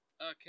Okay